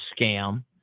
scam